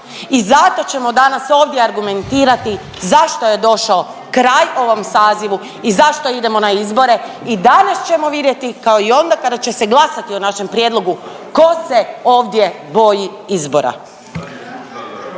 I zato ćemo danas ovdje argumentirati zašto je došao kraj ovom sazivu i zašto idemo na izbore i danas ćemo vidjeti kao i onda kada će se glasati o našem prijedlogu tko se ovdje boji izbora.